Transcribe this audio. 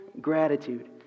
gratitude